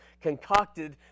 concocted